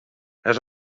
has